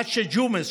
עד שג'ומס,